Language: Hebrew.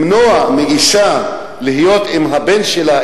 למנוע מאשה להיות עם הבן שלה,